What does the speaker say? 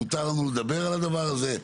מותר לנו לדבר על הדבר הזה,